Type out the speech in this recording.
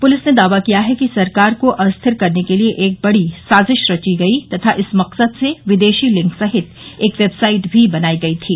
police ने दावा किया है कि सरकार को अस्थिर करने के लिए एक बडी साजिश रची गई तथा इस मकसद से विदेशी लिंक सहित एक वेबसाइट भी बनाई गई थी